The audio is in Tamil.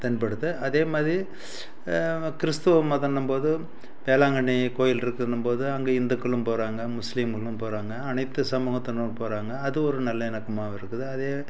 தென்படுது அதேமாதிரி கிறிஸ்துவ மதம்னும் போது வேளாங்கண்ணி கோயில் இருக்குன்னும்போது அங்கே இந்துக்களும் போகிறாங்க முஸ்லீங்களும் போகிறாங்க அனைத்து சமூகத்தினரும் போகிறாங்க அது ஒரு நல்லிணக்கமாக இருக்குது அதே